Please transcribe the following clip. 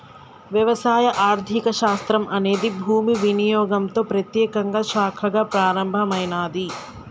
వ్యవసాయ ఆర్థిక శాస్త్రం అనేది భూమి వినియోగంతో ప్రత్యేకంగా శాఖగా ప్రారంభమైనాది